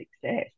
success